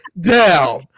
down